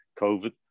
COVID